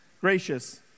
gracious